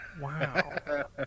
Wow